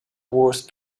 worst